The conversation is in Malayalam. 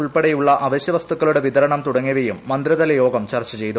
ഉൾപ്പെടെയുള്ള അവശ്യ വസ്തുക്കളുടെ വിതരണം തുടങ്ങിയവയും മന്ത്രിതല യോഗം ചർച്ച ചെയ്തു